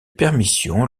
permission